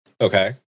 Okay